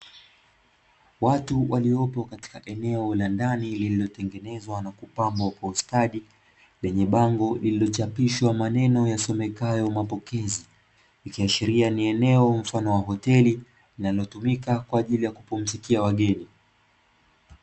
Watu waliopo katika eneo la ndani liliotengenezwa na kupambwa kwa ustadi, lenye bango liliochapishwa maneno yasomekayo mapokezi. Likiashiria ni eneo mfano wa hoteli na linalotumika kwaajili ya kupumzikia wageni.